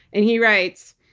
and he writes,